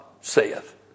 saith